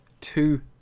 two